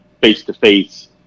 face-to-face